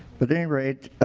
but any rate